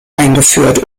eingeführt